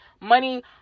money